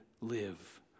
live